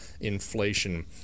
inflation